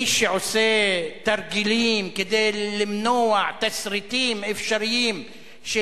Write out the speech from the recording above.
מי שעושה תרגילים כדי למנוע תסריטים אפשריים של